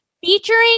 featuring